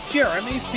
Jeremy